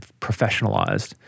professionalized